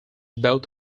both